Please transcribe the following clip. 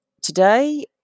today